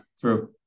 true